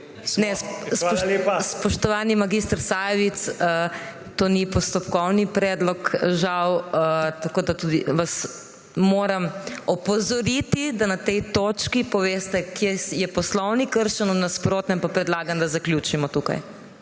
HOT: Spoštovani mag. Sajovic, to ni postopkovni predlog. Žal. Tako da vas tudi moram opozoriti, da na tej točki poveste, kje je poslovnik kršen, v nasprotnem pa predlagam, da zaključimo tukaj.